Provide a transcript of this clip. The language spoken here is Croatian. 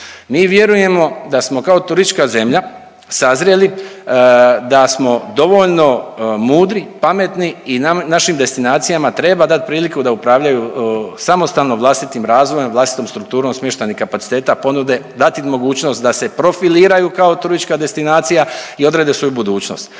Mi vjerujemo da smo kao turistička zemlja sazrjeli, da smo dovoljno mudri, pametni i našim destinacijama treba dat priliku da upravljaju samostalno vlastitim razvojem, vlastitom strukturom smještajnih kapaciteta ponude, dati im mogućnost da se profiliraju kao turistička destinacija i odrede svoju budućnost.